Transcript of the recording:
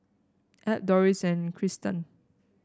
Ab Dorris and Trystan